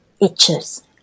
itches